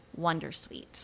wondersuite